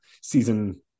season